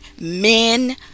men